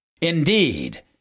Indeed